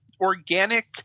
organic